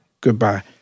Goodbye